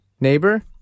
neighbor